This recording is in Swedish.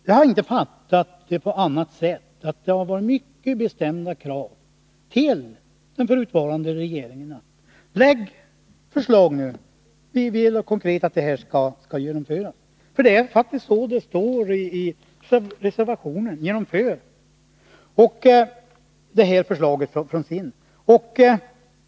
Jag har inte fattat det på annat sätt än att det har ställts mycket bestämda krav på den förutvarande regeringen: lägg fram förslag nu, vi vill konkret att det skall genomföras. Det är faktiskt så det står i reservationen: Genomför förslaget från SIND!